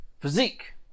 physique